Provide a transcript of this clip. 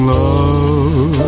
love